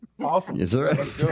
Awesome